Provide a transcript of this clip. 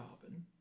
carbon